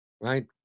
right